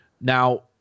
now